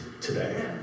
today